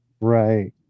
Right